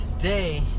today